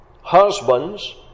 husbands